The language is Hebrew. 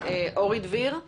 אנחנו